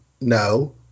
no